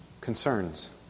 Concerns